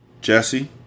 Jesse